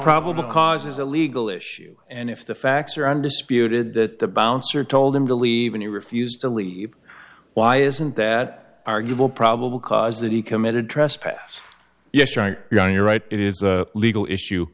probable cause is a legal issue and if the facts are undisputed that the bouncer told him to leave and he refused to leave why isn't that arguable probable cause that he committed trespass yes you're young you're right it is a legal issue